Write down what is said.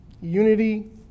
unity